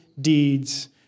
deeds